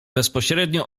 bezpośrednio